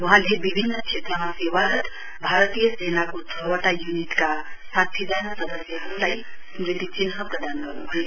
वहाँले विभिन्न क्षेत्रमा सेवारत भारतीय सेनाको छ वटा य्निटका साठीजना सदस्यहरूलाई स्मृतिचिन्ह प्रदान गर्न्भयो